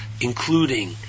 including